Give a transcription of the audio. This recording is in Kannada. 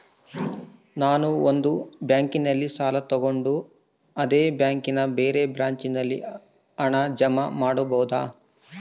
ನಾನು ಒಂದು ಬ್ಯಾಂಕಿನಲ್ಲಿ ಸಾಲ ತಗೊಂಡು ಅದೇ ಬ್ಯಾಂಕಿನ ಬೇರೆ ಬ್ರಾಂಚಿನಲ್ಲಿ ಹಣ ಜಮಾ ಮಾಡಬೋದ?